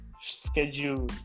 schedule